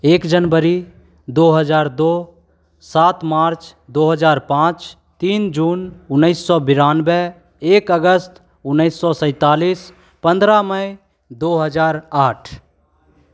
एक जनवरी दो हज़ार दो सात मार्च दो हज़ार पांच तीन जून उन्नीस सौ बानबे एक अगस्त उन्नीस सौ सैतालीस पंद्रह मई दो हज़ार आठ